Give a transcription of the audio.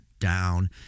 Down